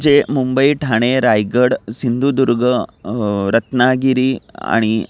जे मुंबई ठाणे रायगड सिंधुदुर्ग रत्नागिरी आणि